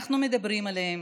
אנחנו מדברים עליהם,